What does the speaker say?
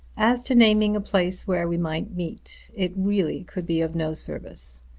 as to naming a place where we might meet, it really could be of no service.